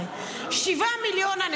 מיליון.